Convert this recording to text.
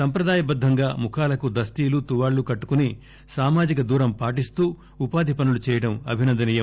సంప్రదాయబద్గంగా ముఖాలకు దస్తీలు తువ్వాళ్లు కట్టుకుని సామాజిక దూరం పాటిస్తూ ఉపాధి పనులు చేయడం అభినందనీయం